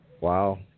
Wow